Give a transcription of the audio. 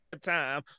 time